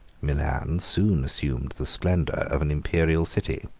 milan soon assumed the splendor of an imperial city.